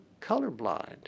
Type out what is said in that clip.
colorblind